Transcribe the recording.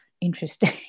interesting